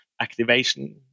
activation